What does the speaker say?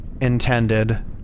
intended